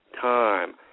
time